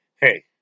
Hey